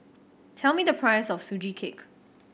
tell me the price of Sugee Cake